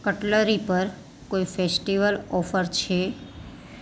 cutlery પર કોઈ festival offer છે